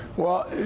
well,